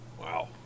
Wow